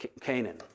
Canaan